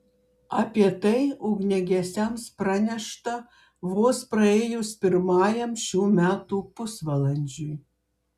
apie tai ugniagesiams pranešta vos praėjus pirmajam šių metų pusvalandžiui